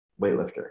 weightlifter